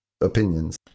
opinions